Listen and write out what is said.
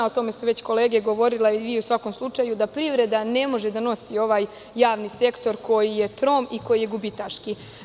O tome su kolege već govorile i vi, da privreda ne može da nosi ovaj javni sektor koji je trom i koji je gubitaški.